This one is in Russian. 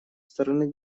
стороны